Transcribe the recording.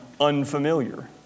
unfamiliar